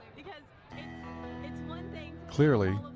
because it's one thing. clearly,